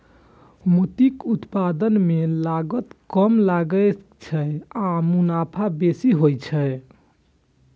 मोतीक उत्पादन मे लागत कम लागै छै आ मुनाफा बेसी होइ छै